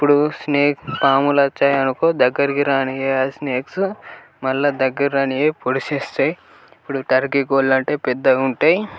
ఇప్పుడు స్నేక్ పాములు వచ్చాయనుకో దగ్గరకి రానివ్వవు అవి స్నేక్స్ మళ్ళీ దగ్గరకి రానివ్వవు అయి పొడిచేస్తాయి ఇప్పుడు టర్కీ కోళ్ళంటే పెద్దగా ఉంటాయి